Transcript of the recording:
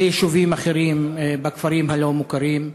ויישובים אחרים, כפרים לא מוכרים.